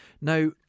Now